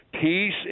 Peace